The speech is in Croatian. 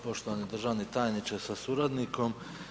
Poštovani državni tajniče sa suradnikom.